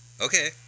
Okay